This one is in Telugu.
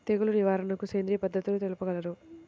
తెగులు నివారణకు సేంద్రియ పద్ధతులు తెలుపగలరు?